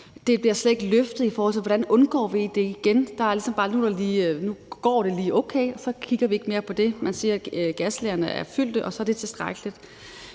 Det bliver slet ikke løftet, hvordan vi undgår det igen. Der siger man ligesom bare: Nu går det lige okay, og så kigger vi ikke mere på det. Man siger, at gaslagrene er fyldte, og at så er det tilstrækkeligt.